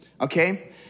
Okay